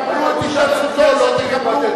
קבלו את התנצלותו או לא תקבלו,